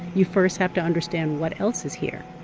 you first have to understand what else is here.